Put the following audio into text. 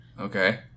Okay